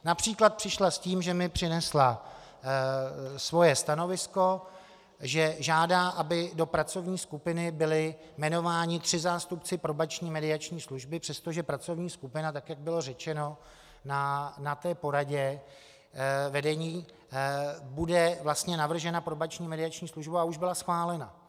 Například přišla s tím, že mi přinesla svoje stanovisko, že žádá, aby do pracovní skupiny byli jmenováni tři zástupci Probační a mediační služby, přestože pracovní skupina, tak jak bylo řečeno na té poradě vedení, bude vlastně navržena Probační a mediační službou a už byla schválena.